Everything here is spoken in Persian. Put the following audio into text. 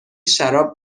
شراب